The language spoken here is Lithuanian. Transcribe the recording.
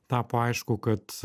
tapo aišku kad